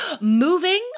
moving